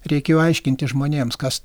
reikėjo aiškinti žmonėms kas